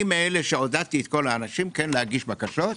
אני מאלה שעודדתי את כל האנשים כן להגיש בקשות,